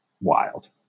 wild